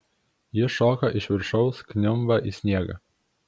ji šoka iš viršaus kniumba į sniegą